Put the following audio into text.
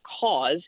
cause